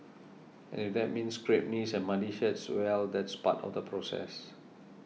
and if that means scraped knees and muddy shirts well that's part of the process